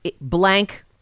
blank